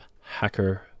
Hacker